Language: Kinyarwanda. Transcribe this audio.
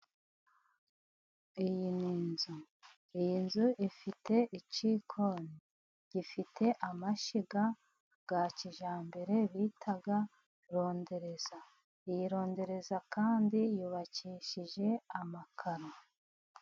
Iyi ni inzu. Iyi nzu ifite icyikoni, gifite amashyiga ya kijyambere bita rondereza, iyi rondereza kandi yubakishije amakaro.